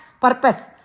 purpose